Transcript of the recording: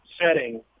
setting